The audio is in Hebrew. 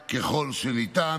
ככל שניתן.